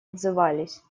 отзывались